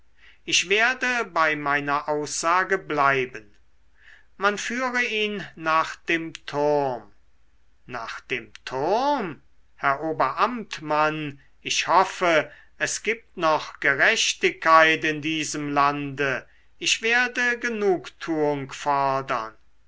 ich werde bei meiner aussage bleiben man führe ihn nach dem turm nach dem turm herr oberamtmann ich hoffe es gibt noch gerechtigkeit in diesem lande ich werde